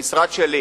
שהמשרד שלי